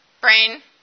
brain